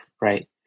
right